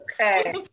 Okay